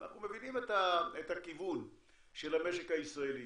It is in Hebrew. אנחנו מבינים את הכיוון של המשק הישראלי,